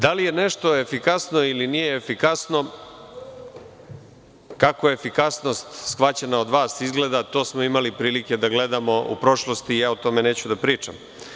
Da li je nešto efikasno ili nije efikasno, kako je efikasnost shvaćena od vas, izgleda to smo imali prilike da gledamo u prošlosti i ja o tome neću da pričam.